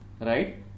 Right